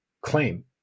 claim